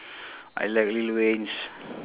I like lil wayne's